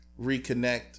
reconnect